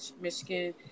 Michigan